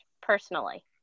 personally